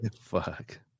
Fuck